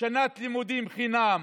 שנת לימודים חינם.